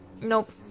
nope